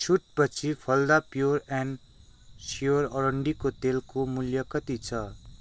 छुट पछि फलदा प्योर एन्ड स्योर अरन्डीको तेलको मूल्य कति छ